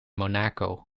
monaco